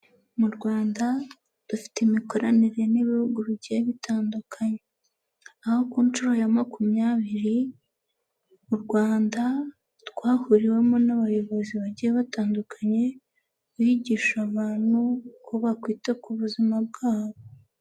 Mu rwanda dufite imikoranire n'ibihugu bigiye bitandukanye, aho ku nshuro ya makumyabiri, u Rwanda rwahuriwemo n'abayobozi bagiye batandukanye, bigisha abantu ko bakwita ku buzima bwabo.